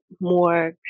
more